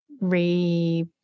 re